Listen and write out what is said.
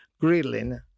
grilling